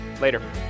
Later